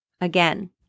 Again